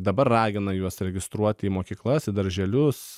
dabar ragina juos registruoti į mokyklas į darželius